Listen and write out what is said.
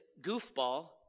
goofball